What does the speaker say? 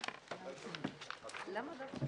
הישיבה ננעלה בשעה 11:45.